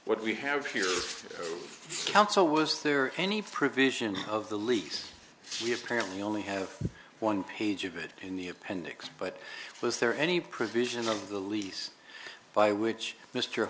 what we have here council was there any provision of the lease you apparently only have one page of it in the appendix but was there any provision of the lease by which mr